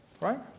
right